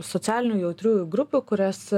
socialinių jautriųjų grupių kurias